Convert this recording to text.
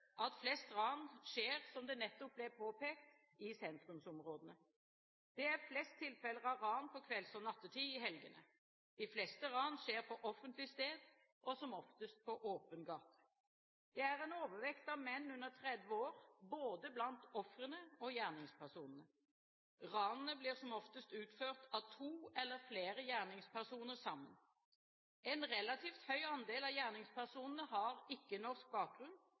at flest ran skjer, som det nettopp ble påpekt, i sentrumsområdene. Det er flest tilfeller av ran på kvelds- og nattestid i helgene. De fleste ran skjer på offentlig sted, som oftest på åpen gate. Det er en overvekt av menn under 30 år både blant ofrene og gjerningspersonene. Ranene blir som oftest utført av to eller flere gjerningspersoner sammen. En relativt høy andel av gjerningspersonene har ikke-norsk bakgrunn,